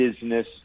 business